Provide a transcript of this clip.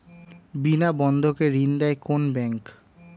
বিনা বন্ধকে ঋণ দেয় কোন ব্যাংক?